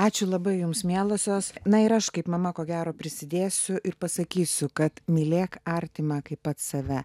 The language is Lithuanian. ačiū labai jums mielosios na ir aš kaip mama ko gero prisidėsiu ir pasakysiu kad mylėk artimą kaip pats save